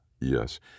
Yes